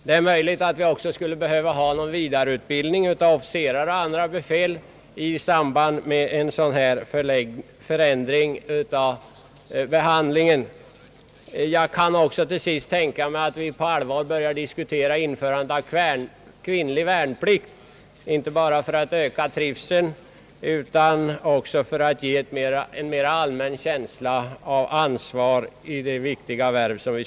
Det är möjligt att vi också skulle behöva ha någon vidareutbildning av officerare och annat befäl i samband med en dylik förändring av de värnpliktigas behandling. Jag kan också tänka mig att vi på allvar börjar diskutera införandet av kvinnlig värnplikt, inte bara för att öka trivseln utan också för att ge en mera allmän känsla av ansvar i det viktiga värvet.